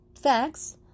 Facts